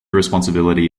responsibility